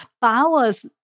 powers